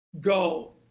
Go